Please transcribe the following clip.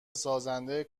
سازنده